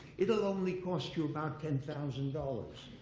it'll only cost you about ten thousand dollars.